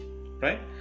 right